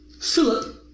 Philip